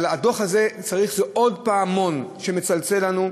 אבל הדוח הזה הוא עוד פעמון שמצלצל לנו.